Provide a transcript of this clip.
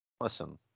listen